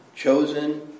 chosen